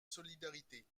solidarité